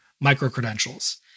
micro-credentials